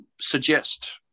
suggest